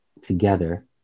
together